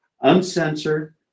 uncensored